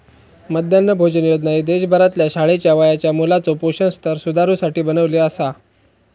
मध्यान्ह भोजन योजना ही देशभरातल्या शाळेच्या वयाच्या मुलाचो पोषण स्तर सुधारुसाठी बनवली आसा